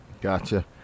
Gotcha